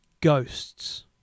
ghosts